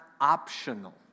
optional